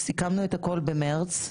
סיכמנו את הכול במרץ,